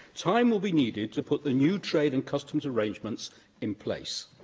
time will be needed to put the new trade and customs arrangements in place.